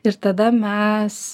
ir tada mes